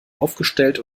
aufgestellt